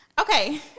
Okay